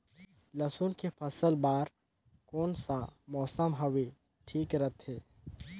लसुन के फसल बार कोन सा मौसम हवे ठीक रथे?